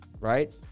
right